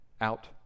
out